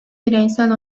bireysel